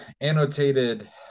annotated